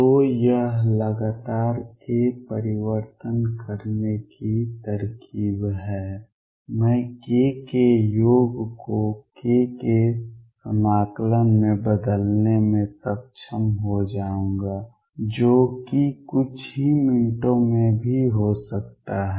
तो यह लगातार k परिवर्तन करने की तरकीब है मैं k के योग को k के समाकलन में बदलने में सक्षम हो जाऊंगा जो कि कुछ ही मिनटों में भी हो सकता है